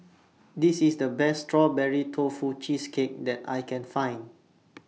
This IS The Best Strawberry Tofu Cheesecake that I Can Find